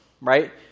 right